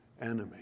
enemy